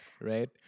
right